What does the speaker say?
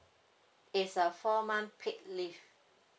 it's a four month paid leave